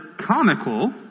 comical